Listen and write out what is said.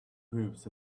groups